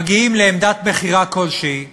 מגיעים לעמדת מכירה כלשהי,